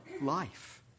life